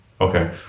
Okay